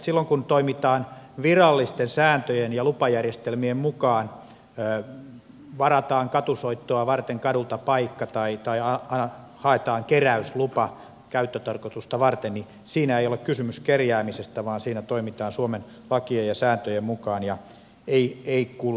silloin kun toimitaan virallisten sääntöjen ja lupajärjestelmien mukaan varataan katusoittoa varten kadulta paikka tai haetaan keräyslupa käyttötarkoitusta varten niin siinä ei ole kysymys kerjäämisestä vaan siinä toimitaan suomen lakien ja sääntöjen mukaan ja se ei kuulu tähän keskusteluun